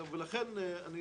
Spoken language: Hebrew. לכן אני